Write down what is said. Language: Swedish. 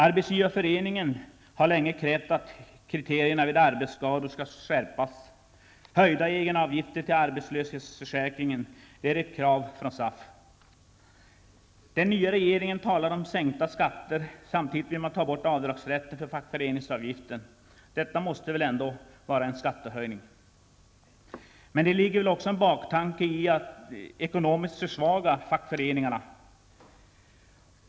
Arbetsgivarföreningen har länge krävt att kriterierna vid arbetsskador skall skärpas. Höjda egenavgifter till arbetslöshetsförsäkringen är ett krav från SAF. Den nya regeringen talar om sänkta skatter. Samtidigt vill man ta bort avdragsrätten för fackföreningsavgiften. Detta måste väl ändå vara en skattehöjning. Men det ligger väl också en baktanke i att ekonomiskt försvaga fackföreningarna.